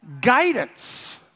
guidance